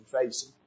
facing